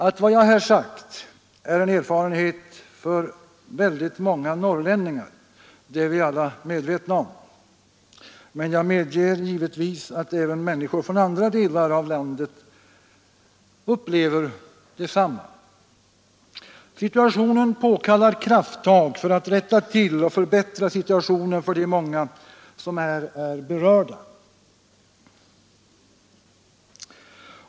Att vad jag här sagt är en erfarenhet för många norrlänningar är vi alla medvetna om, men jag medger givetvis att även människor från andra delar av landet upplever detsamma. Situationen påkallar krafttag för att rätta till och förbättra situationen för de många som här är berörda.